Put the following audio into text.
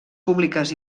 públiques